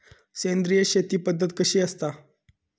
सेंद्रिय शेती पद्धत कशी असता?